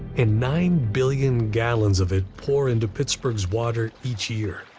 and nine billion gallons of it pour into pittsburgh's water each year.